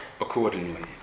accordingly